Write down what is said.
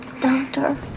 doctor